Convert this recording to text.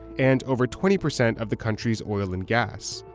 and over twenty percent of the country's oil and gas.